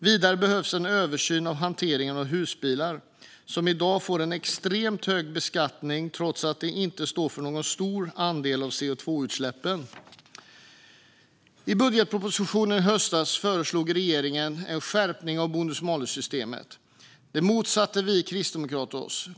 Vidare behövs en översyn av hanteringen av husbilar, som i dag får en extremt hög beskattning trots att de inte står för någon stor andel av CO2-utsläppen. I budgetpropositionen i höstas föreslog regeringen en skärpning av bonus-malus-systemet. Detta motsatte vi kristdemokrater oss.